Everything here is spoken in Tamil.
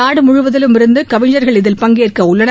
நாடு முழுவதிலிருந்தும் கவிஞர்கள் இதில் பங்கேற்க உள்ளனர்